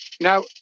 now